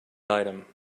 item